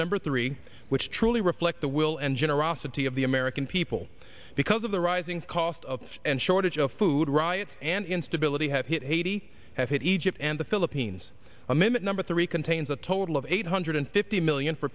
number three which truly reflect the will and generosity of the american people because of the rising cost of this and shortage of food riots and instability have hit haiti have hit egypt and the philippines a minute number three contains a total of eight hundred the million for